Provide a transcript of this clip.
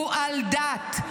הוא על דת.